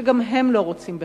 שגם הם לא רוצים בכך.